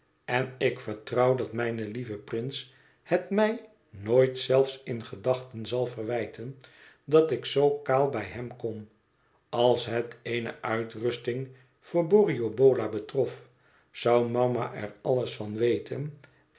en ik vertrouw dat mijn lieve prince het mij nooit zelfs in gedachten zal verwijten dat ik zoo kaal bij hem kom als het eene uitrusting voor borrioboola betrof zou mama er alles van weten